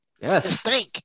Yes